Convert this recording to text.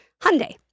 Hyundai